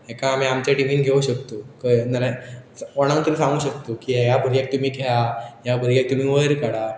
हाका आमी आमच्या टिमीन घेवं शकतंय नाल्यार कोणाक तरी सांगू शकतता की ह्या भुरग्याक तुमी खेळ ह्या भुरग्याक तुमी वयर काडा